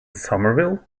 somerville